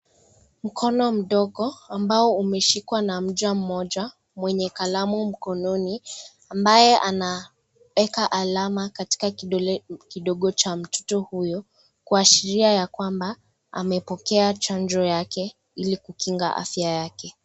Mkono mdogo ambao umeshikwa na mja mmoja mwenye kalamu mkononi ambaye anaeka alama katika kidole kidogo cha mtoto huyo kuashiria ya kwamba amepokea chanjo yake ili kukinga afya yake.